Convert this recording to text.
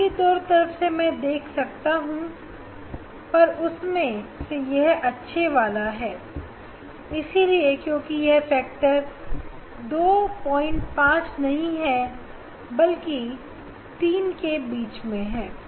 बाकी दो तरफ मैं दो और देख सकता हूं पर उसमें से एक अच्छा है दूसरे वाले से ऐसा इसलिए है क्योंकि वह फैक्टर 25 है नहीं यह तो है और ना ही 3 बल्कि बीच में है